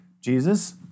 Jesus